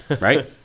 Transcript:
right